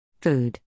Food